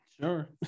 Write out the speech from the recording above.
Sure